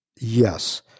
Yes